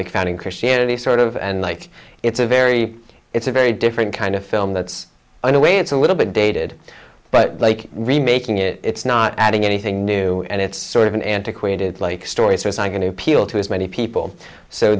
like founding christianity sort of and like it's a very it's a very different kind of film that's in a way it's a little bit dated but like remaking it it's not adding anything new and it's sort of an antiquated like story so it's i'm going to appeal to as many people so